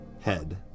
head